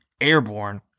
airborne